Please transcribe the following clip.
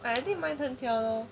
ya I think my